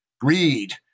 Greed